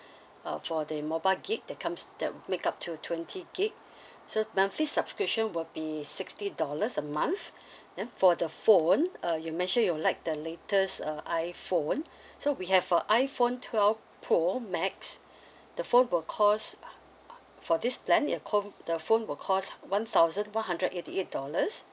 uh for the mobile gig that comes that make up to twenty gig so monthly subscription will be sixty dollars a month then for the phone uh you mentioned you like latest uh iPhone so we have a iPhone twelve pro max the phone will cost for this plan it costs the phone will cost one thousand one hundred eighty eight dollars